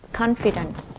confidence